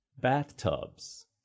bathtubs